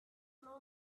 know